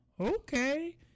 Okay